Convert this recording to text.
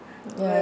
ya